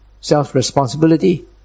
self-responsibility